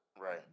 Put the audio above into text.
Right